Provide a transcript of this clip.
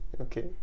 okay